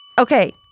Okay